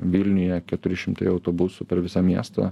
vilniuje keturi šimtai autobusų per visą miestą